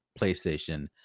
PlayStation